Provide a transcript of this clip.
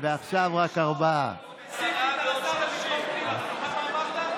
שהצביע ראשון בממשלה על